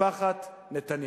למשפחת נתניהו.